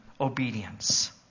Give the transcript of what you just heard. obedience